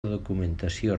documentació